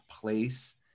place